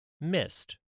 missed